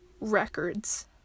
records